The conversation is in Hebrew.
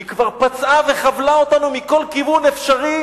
היא כבר פצעה וחבלה אותנו מכל כיוון אפשרי